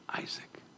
Isaac